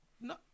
No